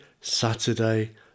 Saturday